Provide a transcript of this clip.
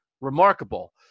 Remarkable